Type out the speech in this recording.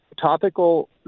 topical